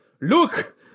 Look